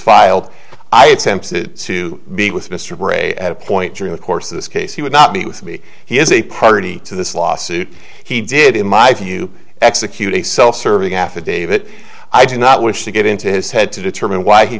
filed i attempted to be with mr bray at a point during the course of this case he would not be with me he is a party to this lawsuit he did in my view execute a self serving affidavit i do not wish to get into his head to determine why he